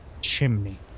chimney